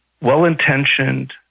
well-intentioned